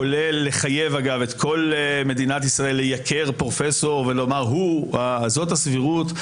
כולל לחייב את כל מדינת ישראל לייקר פרופסור ולומר שזאת הסבירות,